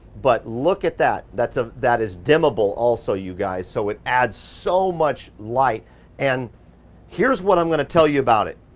but look at that. ah that is dimmable also, you guys, so it adds so much light and here's what i'm gonna tell you about it.